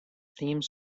theme